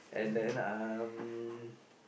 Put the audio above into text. and then um